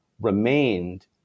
remained